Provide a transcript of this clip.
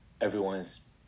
everyone's